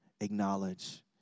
acknowledge